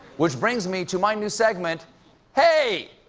which brings me to my new segment hey,